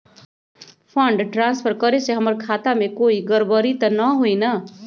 Fund transfer करे से हमर खाता में कोई गड़बड़ी त न होई न?